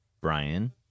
Brian